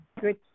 good